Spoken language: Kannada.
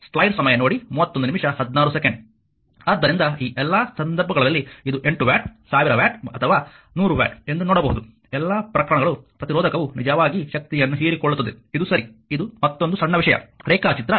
ಆದ್ದರಿಂದ ಈ ಎಲ್ಲಾ ಸಂದರ್ಭಗಳಲ್ಲಿ ಇದು 8 ವ್ಯಾಟ್ ಸಾವಿರ ವ್ಯಾಟ್ ಅಥವಾ 100 ವ್ಯಾಟ್ ಎಂದು ನೋಡಬಹುದು ಎಲ್ಲಾ ಪ್ರಕರಣಗಳು ಪ್ರತಿರೋಧಕವು ನಿಜವಾಗಿ ಶಕ್ತಿಯನ್ನು ಹೀರಿಕೊಳ್ಳುತ್ತದೆ ಇದು ಸರಿ ಇದು ಮತ್ತೊಂದು ಸಣ್ಣ ವಿಷಯ ರೇಖಾಚಿತ್ರ 2